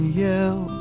yell